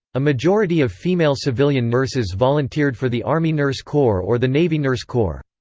a majority of female civilian nurses volunteered for the army nurse corps or the navy nurse corps.